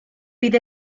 bydd